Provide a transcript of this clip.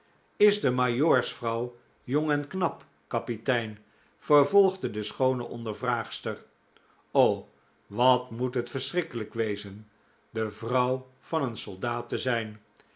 is de majoorsvrouw jong en knap kapitein vervolgde de schoone ondervraagster wat moet het verschrikkelijk wezen de vrouw van een soldaat te zijn